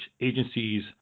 agencies